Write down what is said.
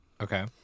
Okay